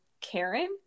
Karen